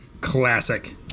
Classic